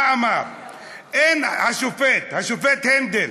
מה אמר השופט הנדל?